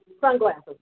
sunglasses